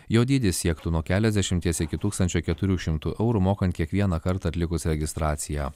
jo dydis siektų nuo keliasdešimties iki tūkstančio keturių šimtų eurų mokant kiekvieną kartą atlikus registraciją